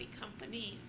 companies